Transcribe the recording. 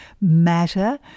Matter